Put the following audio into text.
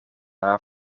haar